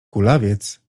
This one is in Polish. kulawiec